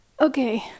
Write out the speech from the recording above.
Okay